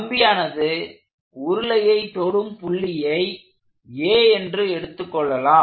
கம்பியானது உருளையை தொடும் புள்ளியை A என்று எடுத்துக்கொள்ளலாம்